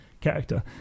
character